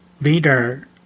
leader